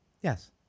Yes